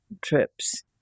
trips